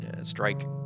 strike